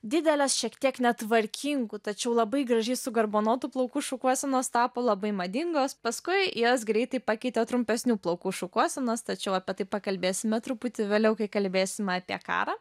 didelės šiek tiek netvarkingų tačiau labai gražiai sugarbanotų plaukų šukuosenos tapo labai madingos paskui jas greitai pakeitė trumpesnių plaukų šukuosenos tačiau apie tai pakalbėsime truputį vėliau kai kalbėsim apie karą